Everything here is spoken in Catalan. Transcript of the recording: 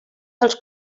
dels